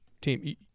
team